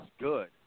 good